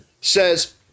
says